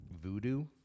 Voodoo